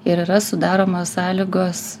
ir yra sudaromos sąlygos